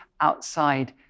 outside